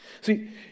See